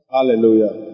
Hallelujah